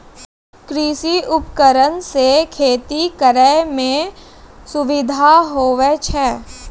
कृषि उपकरण से खेती करै मे सुबिधा हुवै छै